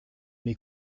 mes